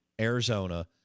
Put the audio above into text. Arizona